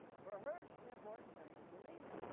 for hirsch the important thing is the meaning.